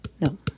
No